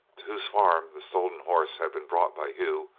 to whose farm the stolen horse had been brought by hugh,